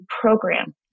program